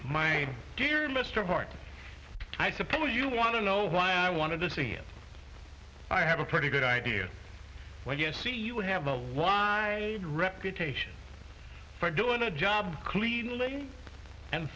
my dear mr hart i suppose you want to know why i wanted to see it i have a pretty good idea when you see you have the reputation for doing the job cleanly and